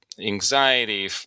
anxiety